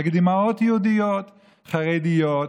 נגד אימהות יהודיות חרדיות,